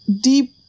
deep